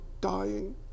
dying